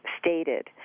stated